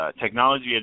Technology